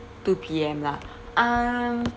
two P_M lah um